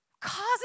causes